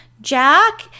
Jack